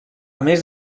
més